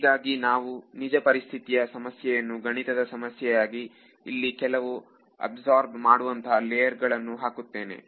ಹೀಗಾಗಿ ನಾವು ನಿಜ ಪರಿಸ್ಥಿತಿಯ ಸಮಸ್ಯೆಯನ್ನು ಗಣಿತದ ಸಮಸ್ಯೆಯಾಗಿ ಇಲ್ಲಿ ಕೆಲವು ಅಬ್ಸಾರ್ಬ್ ಮಾಡುವಂತಹ ಲೇಯರ್ ಗಳನ್ನು ಹಾಕುತ್ತೇನೆ